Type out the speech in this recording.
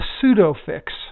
pseudo-fix